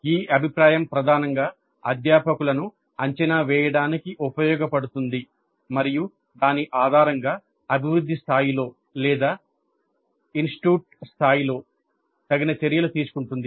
ఈ అభిప్రాయం ప్రధానంగా అధ్యాపకులను అంచనా వేయడానికి ఉపయోగించబడుతుంది మరియు దాని ఆధారంగా అభివృద్ధి స్థాయి లో లేదా ఇన్స్టిట్యూట్ స్థాయిలో తగిన చర్యలు తీసుకుంటుంది